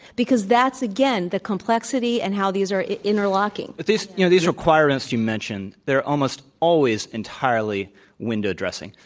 because that's, again, the complexity and how these are interlocking. yeah. but these you know these requirements you mention, they're almost always entirely window dressing.